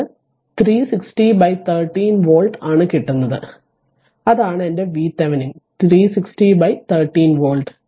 ഇത് 360 13 വോൾട്ട് ആണ് കിട്ടുന്നത് അതാണ് എന്റെ VThevenin 360 13 വോൾട്ട്